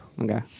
Okay